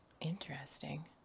interesting